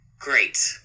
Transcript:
great